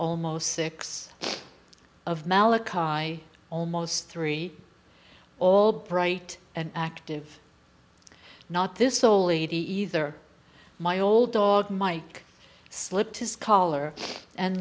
almost six of malikai almost three all bright and active not this old lady either my old dog mike slipped his collar and